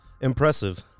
impressive